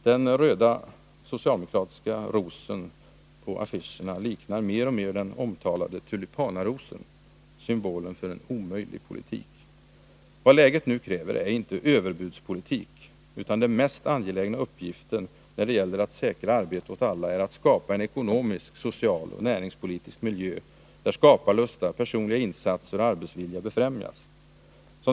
Den röda socialdemokratiska rosen på affischerna liknar mer och mer den omtalade tulipanarosen — symbolen för en omöjlig politik. Vad läget nu kräver är inte överbudspolitik, utan den mest angelägna uppgiften när det gäller att säkra ”Arbete åt alla” är att skapa en ekonomisk, social och näringspolitisk miljö, där skaparlusta, personliga insatser och arbetsvilja befrämjas.